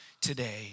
today